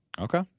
Okay